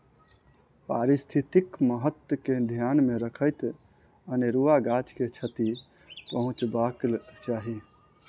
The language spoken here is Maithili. पारिस्थितिक महत्व के ध्यान मे रखैत अनेरुआ गाछ के क्षति पहुँचयबाक चाही